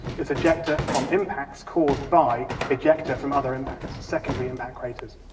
it's ejecta from impacts caused by ejecta from other impacts, secondary impact craters.